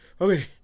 Okay